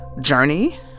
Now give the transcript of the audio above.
Journey